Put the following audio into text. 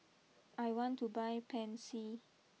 I want to buy Pansy